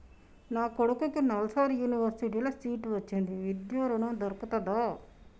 నా కొడుకుకి నల్సార్ యూనివర్సిటీ ల సీట్ వచ్చింది విద్య ఋణం దొర్కుతదా?